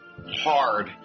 hard